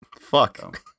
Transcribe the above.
Fuck